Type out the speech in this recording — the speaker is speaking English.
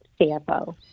CFO